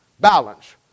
Balance